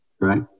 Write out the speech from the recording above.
right